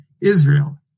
Israel